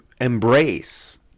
embrace